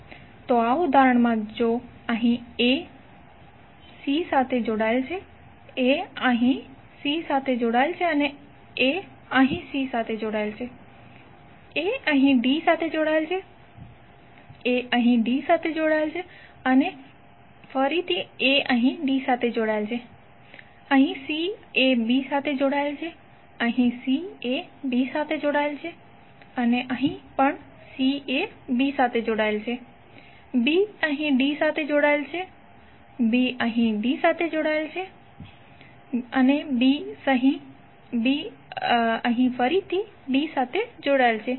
તો આ ઉદાહરણમાં જો a અહીં c સાથે જોડાયેલ છે a અહીં c સાથે જોડાયેલ છે અને a અહીં c સાથે જોડાયેલ છે a અહીં d સાથે જોડાયેલ છે a અહીં d સાથે જોડાયેલ છે અને a અહીં d સાથે જોડાયેલ છે અને અહિં c એ b સાથે જોડાયેલ છે અહીં c એ b સાથે જોડાયેલ છે અને અહીં પણ c એ b સાથે જોડાયેલ છે b અહીં d સાથે જોડાયેલ છે b અહીં d સાથે જોડાયેલ છે અને b અહીં d સાથે જોડાયેલ છે